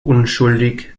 unschuldig